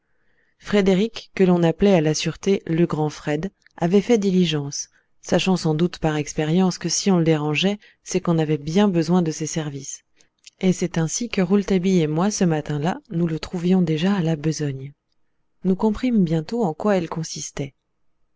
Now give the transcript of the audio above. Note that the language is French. frédéric que l'on appelait à la sûreté le grand fred avait fait pensions-nous diligence sachant sans doute par expérience que si on le dérangeait c'est qu'on avait bien besoin de ses services et c'est ainsi que rouletabille et moi ce matin-là nous le trouvions déjà à la besogne nous comprîmes bientôt en quoi elle consistait